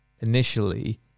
initially